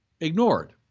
ignored